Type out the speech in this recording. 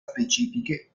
specifiche